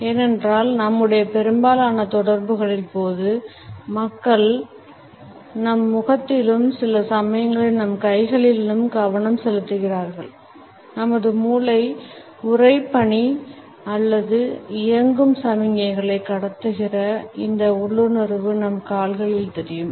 ஏனென்றால் நம்முடைய பெரும்பாலான தொடர்புகளின் போது மக்கள் நம் முகத்திலும் சில சமயங்களில் நம் கைகளிலும் கவனம் செலுத்துகிறார்கள் நமது மூளை உறைபனி அல்லது இயங்கும் சமிக்ஞைகளை கடத்துகிற இந்த உள்ளுணர்வு நம் கால்களில் தெரியும்